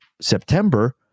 september